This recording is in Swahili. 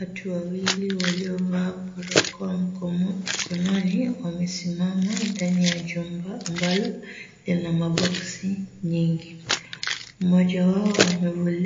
Watu wawili waliovaa barakoa mkononi wamesimama ndani ya jumba ambalo lina maboksi nyingi. Moja yao